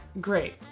Great